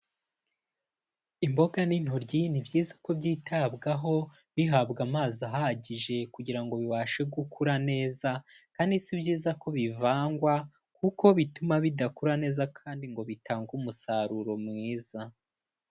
Imboga n'intoryi ni byiza ko byitabwaho, bihabwa amazi ahagije kugira ngo bibashe gukura neza, kandi si byiza ko bivangwa kuko bituma bidakura neza kandi ngo bitange umusaruro mwiza.